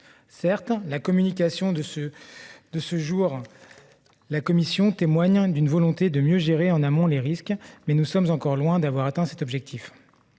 par la Commission européenne témoigne d'une volonté de mieux gérer en amont les risques, mais nous sommes encore loin d'avoir atteint cet objectif.